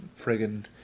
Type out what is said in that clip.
friggin